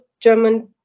German